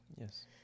Yes